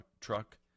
truck